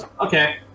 Okay